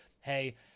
hey